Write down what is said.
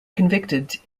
convicted